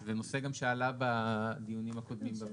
זה נושא גם שעלה בדיונים הקודמים בוועדה.